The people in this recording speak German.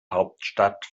hauptstadt